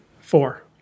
four